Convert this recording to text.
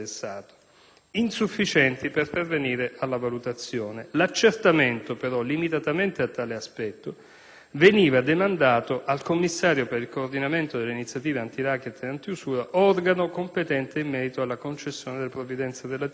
insufficienti per pervenire alla valutazione; l'accertamento, però, limitatamente a tale aspetto, veniva demandato al commissario per il coordinamento delle iniziative antiracket e antiusura, organo competente in merito alla concessione delle provvidenze relative.